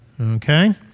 Okay